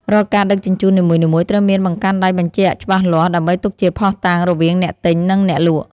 រាល់ការដឹកជញ្ជូននីមួយៗត្រូវមានបង្កាន់ដៃបញ្ជាក់ច្បាស់លាស់ដើម្បីទុកជាភស្តតាងរវាងអ្នកទិញនិងអ្នកលក់។